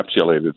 encapsulated